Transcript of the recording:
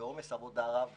עומס עבודה רב ושחיקה.